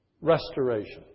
restoration